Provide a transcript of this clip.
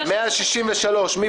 163 מי